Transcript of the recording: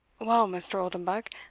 well, mr. oldenbuck,